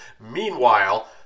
Meanwhile